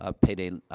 ah payday, ah,